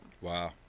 Wow